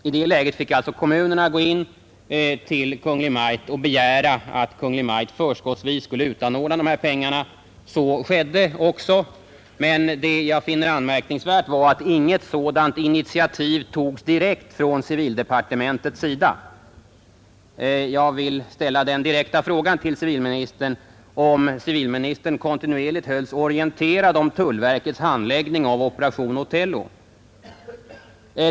I det läget fick alltså kommunerna hos Kungl. Maj:t begära att dessa kostnader skulle bäras av staten. Så beslutades också. Men vad jag finner anmärkningsvärt är att inget sådant initiativ togs direkt från civildepartementets sida. Jag vill ställa den direkta frågan om civilministern hölls kontinuerligt orienterad om tullverkets handläggning av ”Operation Otello”.